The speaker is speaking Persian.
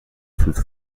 توت